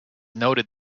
noted